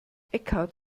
eckhart